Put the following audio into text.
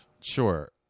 Sure